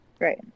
right